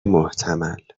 محتمل